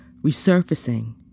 resurfacing